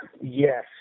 yes